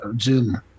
Zoom